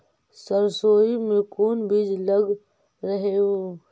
सरसोई मे कोन बीज लग रहेउ?